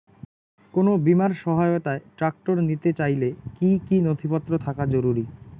কোন বিমার সহায়তায় ট্রাক্টর নিতে চাইলে কী কী নথিপত্র থাকা জরুরি?